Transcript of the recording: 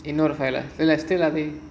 இன்னொரு:innoru